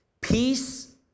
Peace